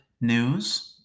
news